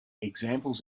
examples